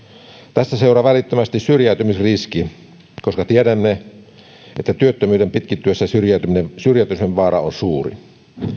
tästä seuraa välittömästi syrjäytymisriski koska tiedämme että työttömyyden pitkittyessä syrjäytymisen vaara on suuri